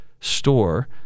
store